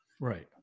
Right